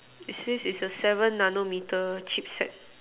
it says it's a seven nano meter chip set